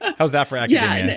how's that for academia? yeah,